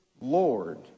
Lord